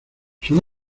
son